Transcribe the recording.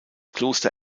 kloster